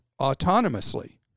autonomously